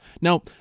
Now